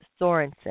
Sorensen